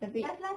tapi